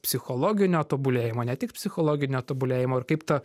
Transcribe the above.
psichologinio tobulėjimo ne tik psichologinio tobulėjimo ir kaip ta